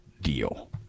deal